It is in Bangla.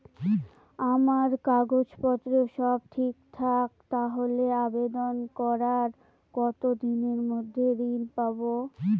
আমার কাগজ পত্র সব ঠিকঠাক থাকলে আবেদন করার কতদিনের মধ্যে ঋণ পাব?